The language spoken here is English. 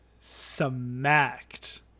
smacked